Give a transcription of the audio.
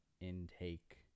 intake